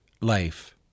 life